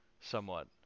somewhat